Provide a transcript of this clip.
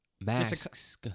Masks